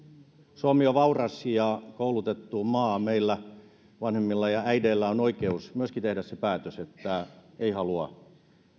suomi on vauras ja koulutettu maa meillä on vanhemmilla ja äideillä oikeus myöskin tehdä se päätös että ei halua